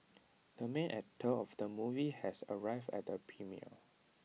the main actor of the movie has arrived at the premiere